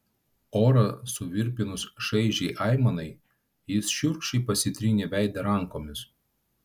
orą suvirpinus šaižiai aimanai jis šiurkščiai pasitrynė veidą rankomis